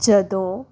ਜਦੋਂ